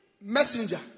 messenger